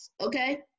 okay